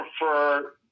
prefer